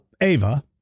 Ava